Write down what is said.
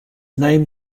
name